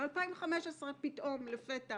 ב-2015 לפתע